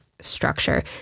structure